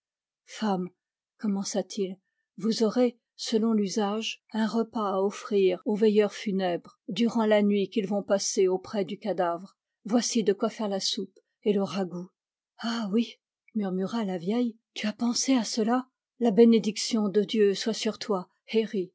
femme commença-t-il vous aurez selon l'usage un repas à offrir aux veilleurs funèbres durant la nuit qu'ils vont passer auprès du cadavre voici de quoi faire la soupe et le ragoût ah oui murmura la vieille tu as pensé à cela la bénédiction de dieu soit sur toi